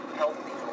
healthy